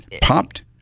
popped